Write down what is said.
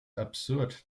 absurd